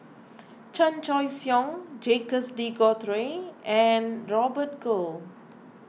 Chan Choy Siong Jacques De Coutre and Robert Goh